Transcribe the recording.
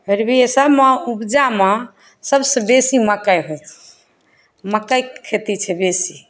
फिर भी एहि सभमे उपजामे सभसँ बेसी मकइ होइ छै मकइके खेती छै बेसी